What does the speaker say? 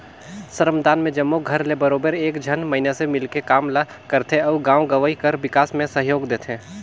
श्रमदान में जम्मो घर ले बरोबेर एक झन मइनसे मिलके काम ल करथे अउ गाँव गंवई कर बिकास में सहयोग देथे